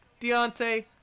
deontay